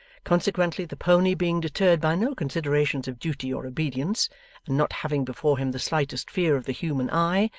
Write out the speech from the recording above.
consequently, the pony being deterred by no considerations of duty or obedience, and not having before him the slightest fear of the human eye,